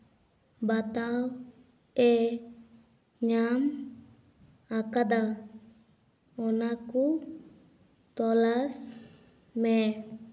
ᱵᱟᱛᱟᱣᱮ ᱧᱟᱢ ᱟᱠᱟᱫᱟ ᱚᱱᱟ ᱠᱚ ᱛᱚᱞᱟᱥ ᱢᱮ